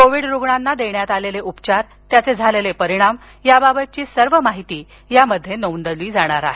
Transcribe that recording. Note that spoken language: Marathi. कोविड रुग्णांना देण्यात आलेले उपचार झालेले परिणाम याबाबतची सर्व माहिती नोंदवली जाणार आहे